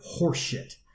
horseshit